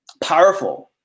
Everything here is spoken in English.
powerful